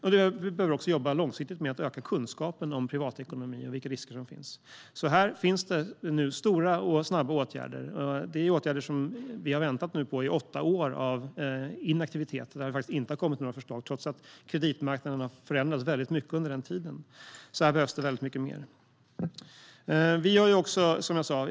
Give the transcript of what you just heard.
Vi behöver också jobba långsiktigt med att öka kunskapen om privatekonomi och vilka risker som finns. Här finns det nu stora och snabba åtgärder. Det är åtgärder som vi har väntat på i åtta år av inaktivitet. Det har inte kommit några förslag trots att kreditmarknaden har förändrats mycket under den tiden. Här behövs det alltså väldigt mycket mer.